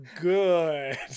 Good